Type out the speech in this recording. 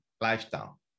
lifestyle